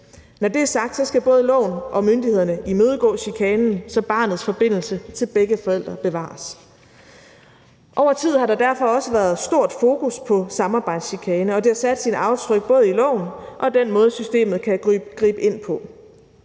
Når det er sagt, skal både loven og myndighederne imødegå chikanen, så barnets forbindelse til begge forældre bevares. Over tid har der derfor også været stort fokus på samarbejdschikane, og det har sat sit aftryk både i loven og i den måde, som systemet kan gribe ind på.